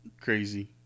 Crazy